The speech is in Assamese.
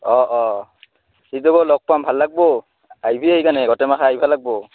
অঁ অঁ সেইটোকো লগ পাম ভাল লাগবো আহবি সেইকাৰণে গোটেইমখাই আহিবা লাগব